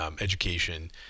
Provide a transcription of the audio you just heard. education